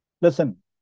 Listen